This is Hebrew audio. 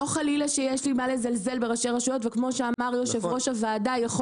לא חלילה שיש לי מה לזלזל בראשי רשויות וכמו שאמר יושב ראש הוועדה,